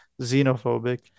xenophobic